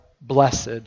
blessed